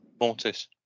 Mortis